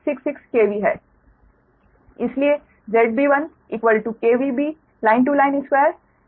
तो 31266KV है